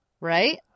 Right